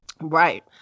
Right